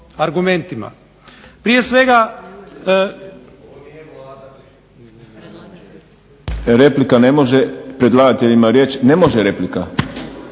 Prije svega…